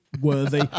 worthy